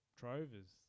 drovers